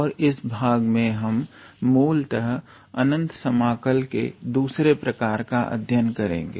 और इस भाग में हम मूलतः अनंत समाकल के दूसरे प्रकार का अध्ययन करेंगे